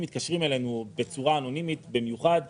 מתקשרים אלינו בצורה אנונימית במיוחד ואומרים,